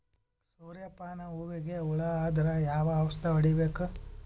ಸೂರ್ಯ ಪಾನ ಹೂವಿಗೆ ಹುಳ ಆದ್ರ ಯಾವ ಔಷದ ಹೊಡಿಬೇಕು?